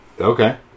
Okay